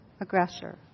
aggressor